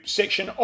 section